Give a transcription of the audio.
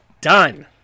Done